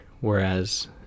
whereas